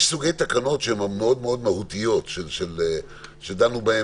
יש סוגי תקנות מאוד מהותיים שדנו בהם